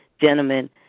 gentlemen